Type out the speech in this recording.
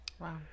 wow